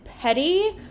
petty